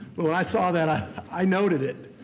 but when i saw that i i noted it.